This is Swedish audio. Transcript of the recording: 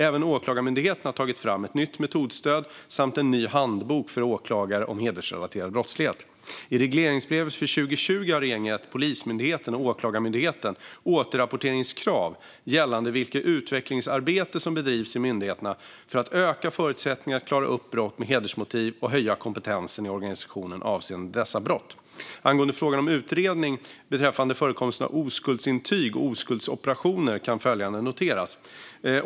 Även Åklagarmyndigheten har tagit fram ett nytt metodstöd samt en ny handbok för åklagare om hedersrelaterad brottslighet. I regleringsbrevet för 2020 har regeringen gett Polismyndigheten och Åklagarmyndigheten återrapporteringskrav gällande vilket utvecklingsarbete som bedrivs i myndigheterna för att öka förutsättningarna att klara upp brott med hedersmotiv och höja kompetensen i organisationerna avseende dessa brott. Angående frågan om en utredning beträffande förekomsten av oskuldsintyg och oskuldsoperationer kan följande noteras.